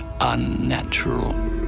unnatural